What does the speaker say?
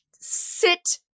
sit